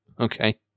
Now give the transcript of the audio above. okay